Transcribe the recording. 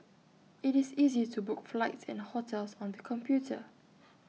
IT is easy to book flights and hotels on the computer